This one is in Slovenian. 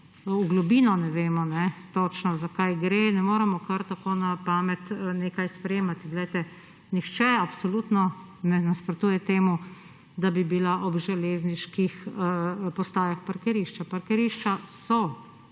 v globino ne vemo točno, za kaj gre, ne moremo kar tako, na pamet nekaj sprejemati. Glejte, nihče absolutno ne nasprotuje temu, da bi bila ob železniških postajah parkirišča. Parkirišča so